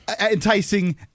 enticing